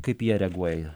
kaip jie reaguoja